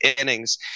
innings